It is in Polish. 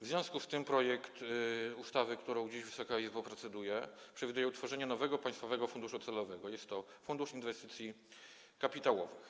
W związku z tym projekt ustawy, nad którą dziś Wysoka Izba proceduje, przewiduje utworzenie nowego państwowego funduszu celowego, tj. Funduszu Inwestycji Kapitałowych.